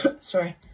Sorry